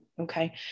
Okay